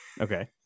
Okay